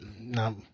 No